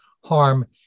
harm